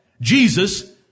Jesus